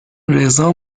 رضا